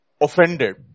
offended